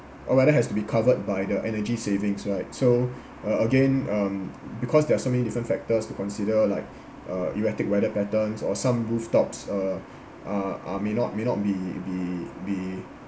or rather has to be covered by the energy savings right so uh again um because there are so many different factors to consider like uh erratic weather patterns or some rooftops uh are are may not may not be be be